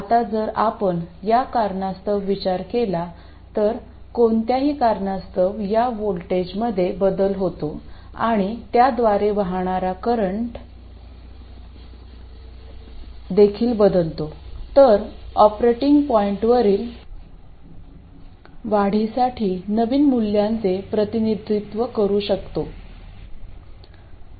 आता जर आपण या कारणास्तव विचार केला तर कोणत्याही कारणास्तव या व्होल्टेजमध्ये बदल होतो आणि त्याद्वारे वाहनारा करंट देखील बदलतो तर ऑपरेटिंग पॉईंटवरील वाढीसाठी नवीन मूल्यांचे प्रतिनिधित्व करू शकतो